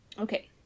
Okay